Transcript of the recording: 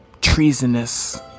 treasonous